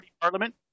parliament